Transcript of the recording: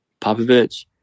Popovich